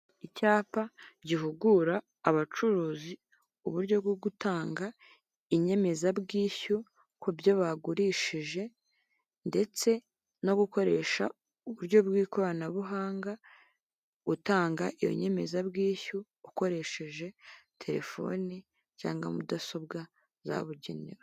Icyapa gihugura abacuruzi uburyo bwo gutanga inyemezabwishyu ku byo bagurishije ndetse no gukoresha uburyo bw'ikorabuhanga utanga iyo nyemezabwishyu ukoresheje terefone cyangwa mudasobwa zabugenewe.